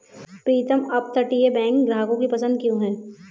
प्रीतम अपतटीय बैंक ग्राहकों की पसंद क्यों है?